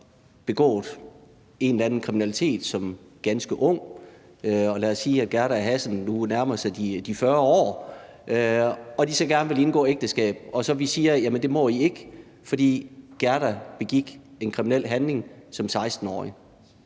begået en eller anden form for kriminalitet som ganske ung. Lad os sige, at Gerda og Hassan nu nærmer sig de 40 år og gerne vil indgå ægteskab. Så siger vi: Det må I ikke, fordi Gerda begik en kriminel handling som 16-årig.